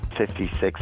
56